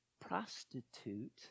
prostitute